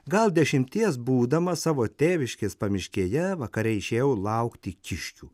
gal dešimties būdamas savo tėviškės pamiškėje vakare išėjau laukti kiškių